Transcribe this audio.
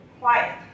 quiet